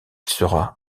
sera